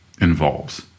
involves